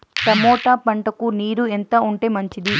Tomato పంటకు నీరు ఎంత ఉంటే మంచిది?